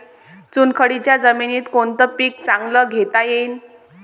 चुनखडीच्या जमीनीत कोनतं पीक चांगलं घेता येईन?